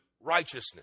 righteousness